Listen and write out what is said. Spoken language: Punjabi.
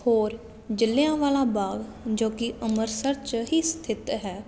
ਹੋਰ ਜ਼ਿਲ੍ਹਿਆਂ ਵਾਲਾ ਬਾਗ ਜੋ ਕਿ ਅੰਮ੍ਰਿਤਸਰ 'ਚ ਹੀ ਸਥਿਤ ਹੈ